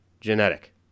genetic